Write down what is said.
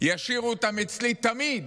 ישאירו אותם אצלי תמיד,